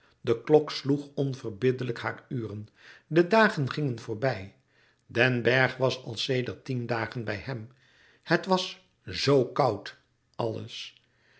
de klok sloeg onverbiddelijk haar uren de dagen gingen voorbij den bergh was al sedert tien dagen bij hem het was zoo koud alles